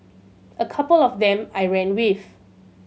a couple of them I ran with